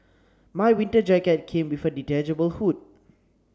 my winter jacket came with a detachable hood